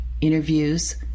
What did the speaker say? Interviews